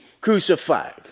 crucified